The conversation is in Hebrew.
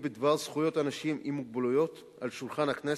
בדבר זכויות אנשים עם מוגבלויות על שולחן הכנסת,